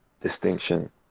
distinction